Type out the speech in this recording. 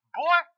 boy